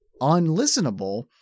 unlistenable